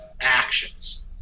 actions